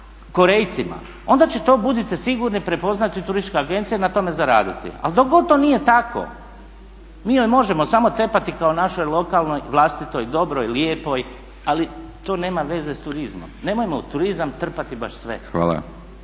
Korejcima onda će, budite sigurni, prepoznati turistička agencija i na tome zaraditi, ali dok god to nije tako mi joj možemo samo tepati kao našoj lokalnoj vlastitoj, dobroj, lijepo, ali to nema veze s turizmom. Nemojmo u turizam trpati baš sve. Hvala.